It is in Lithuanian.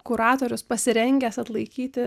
kuratorius pasirengęs atlaikyti